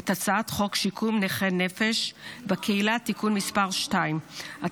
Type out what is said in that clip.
אני מזמין את חברת הכנסת אתי עטייה להציג